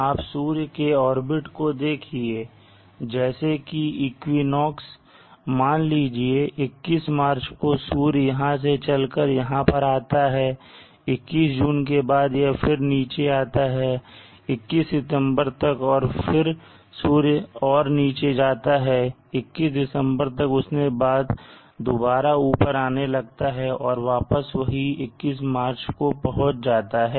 आप सूर्य के ऑर्बिट को देखिए जैसे कि इक्विनोक्स मान लीजिए की 21 मार्च को सूर्य यहां से चलकर यहां पर आ जाता है 21 जून के बाद फिर यह नीचे आता है 21 सितंबर तक और फिर सूर्य और नीचे जाता है 21 दिसंबर तक उसके बाद दोबारा ऊपर आने लगता है और वापस वही 21 मार्च को पहुंच जाता है